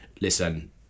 listen